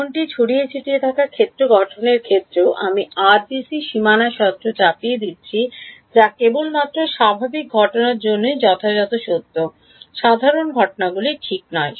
এমনকি ছড়িয়ে ছিটিয়ে থাকা ক্ষেত্র গঠনের ক্ষেত্রেও আমি আরবিসি র সীমানা শর্ত চাপিয়ে দিচ্ছি যা কেবলমাত্র স্বাভাবিক ঘটনার জন্যই যথাযথ সত্য সাধারণ ঘটনাগুলি সঠিক নয়